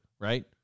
right